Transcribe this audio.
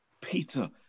Peter